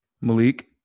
Malik